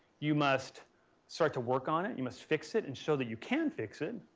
you must start to work on it. you must fix it and show that you can fix it.